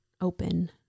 Open